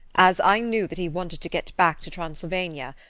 as i knew that he wanted to get back to transylvania,